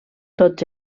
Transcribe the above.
tots